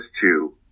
two